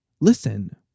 Listen